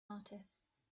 artists